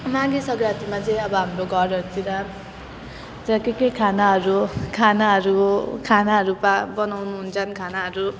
माघे सङ्क्रान्तिमा चाहिँ अब हाम्रो घरहरूतिर त्यहाँ के के खानाहरू खानाहरू खानाहरू पा बनाउनहुन्छ खानाहरू